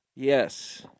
Yes